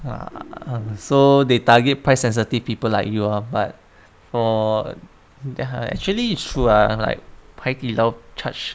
!wah! so they target price sensitive people like you ah but for that actually it's true ah like 海底捞 charge